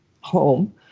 home